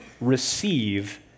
receive